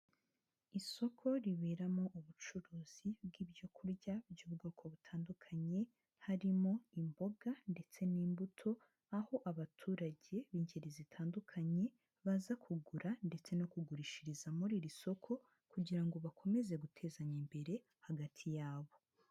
Isoko riberamo ubucuruzi bw'ibyo kurya by'ubwoko butandukanye, harimo imboga ndetse n'imbuto, aho abaturage b'ingeri zitandukanye, baza kugura ndetse no kugurishiriza muri iri soko, kugira ngo bakomeze gutezanya imbere hagati yabo.